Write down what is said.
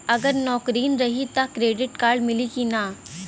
अगर नौकरीन रही त क्रेडिट कार्ड मिली कि ना?